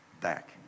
back